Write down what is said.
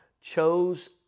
chose